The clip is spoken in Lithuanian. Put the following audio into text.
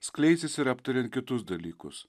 skleisis ir aptariant kitus dalykus